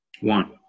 One